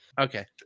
Okay